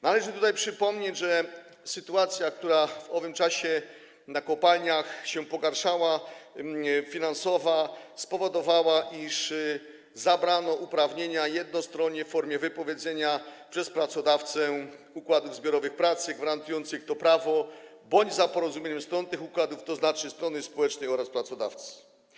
Należy tutaj przypomnieć, że sytuacja finansowa, która w owym czasie w kopalniach się pogarszała, spowodowała, iż zabrano uprawnienia jednostronnie w formie wypowiedzenia przez pracodawcę układów zbiorowych pracy gwarantujących to prawo bądź za porozumieniem stron tych układów, tzn. strony społecznej oraz pracodawcy.